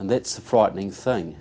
and that's the frightening thing